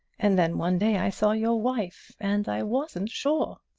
and then one day i saw your wife and i wasn't sure!